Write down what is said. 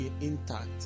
intact